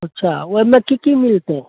अच्छा ओहिमे की की मिलतै